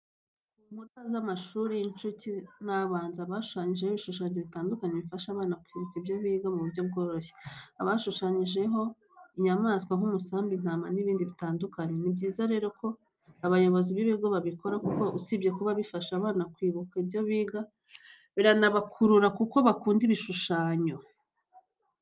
Ku nkuta z'amashuri y'incuke n'abanza haba hashushanyijeho ibishushanyo bitandukanye bifasha abana kwibuka ibyo biga mu buryo bworoshye. Haba hashushanyijeho inyamaswa nk'umusambi, intama n'ibindi bitandukanye. Ni byiza rero ko abayobozi b'ibigo babikora kuko usibye kuba bifasha abana kwibuka ibyo biga biranabakurura kuko bakunda ibishushanyo.